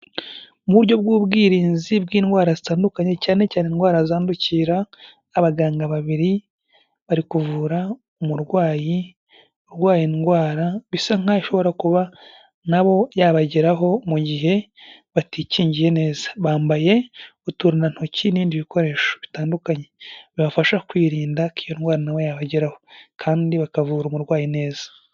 Mu buryo bw'ubwirinzi bw'indwara zitandukanye cyane cyane indwara zandukira, abaganga babiri bari kuvura umurwayi urwaye indwara bisa nk'aho ishobora kuba na bo yabageraho mu gihe batikingiye neza, bambaye uturindantoki n'ibindi bikoresho bitandukanye bibafasha kwirinda ko iyo ndwara na bo yabageraho kandi bakavura umurwayi neza.